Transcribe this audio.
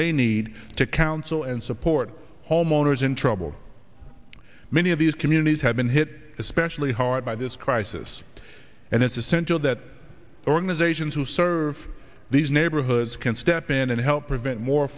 they need to counsel and support homeowners in trouble many of these communities have been hit especially hard by this crisis and it's essential that organizations who serve these neighborhoods can step in and help prevent more